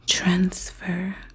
transfer